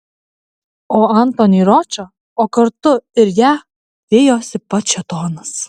o antonį ročą o kartu ir ją vijosi pats šėtonas